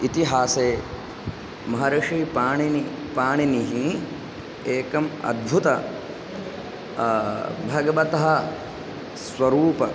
इतिहासे महर्षिपाणिनिः पाणिनिः एकम् अद्भुतः भगवतः स्वरूपम्